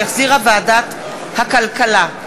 שהחזירה ועדת הכלכלה.